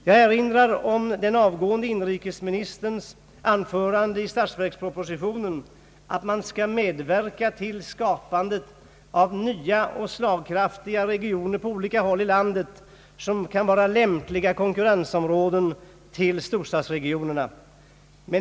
Jag erinrar om vad den avgångne inrikesminis Allmänpolitisk debatt tern skrev i statsverkspropositionen, nämligen att staten skall medverka till skapandet av nya slagkraftiga regioner på olika håll i landet, som kan vara lämpliga konkurrensområden till storstadsregionerna.